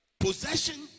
Possession